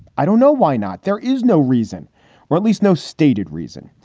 i don't know why not. there is no reason or at least no stated reason.